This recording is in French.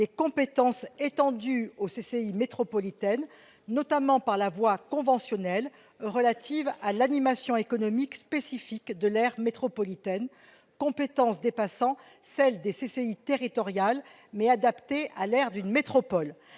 des compétences étendues des CCI métropolitaines, notamment par la voie conventionnelle, relatives à l'animation économique spécifique de l'aire métropolitaine, compétences dépassant celles des CCI territoriales et adaptées à l'aire d'une métropole.